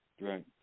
Right